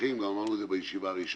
תומכים וגם אמרנו את זה בישיבה הראשונה